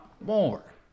more